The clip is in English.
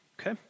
Okay